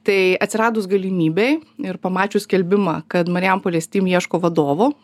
tai atsiradus galimybei ir pamačius skelbimą kad marijampolės steam ieško vadovo